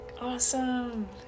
Awesome